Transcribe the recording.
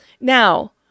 Now